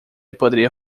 poderia